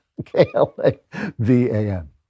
K-L-A-V-A-N